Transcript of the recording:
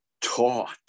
taught